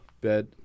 bed